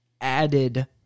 added